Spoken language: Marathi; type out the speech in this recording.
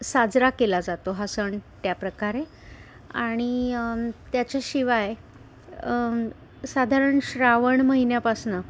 साजरा केला जातो हा सण त्याप्रकारे आणि त्याच्याशिवाय साधारण श्रावण महिन्यापासनं